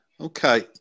Okay